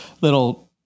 little